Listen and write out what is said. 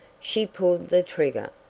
she pulled the trigger.